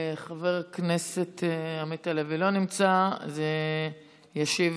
חבר הכנסת עמית הלוי, לא נמצא, אז ישיב